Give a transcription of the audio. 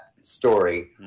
story